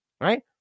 right